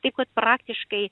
taip kad praktiškai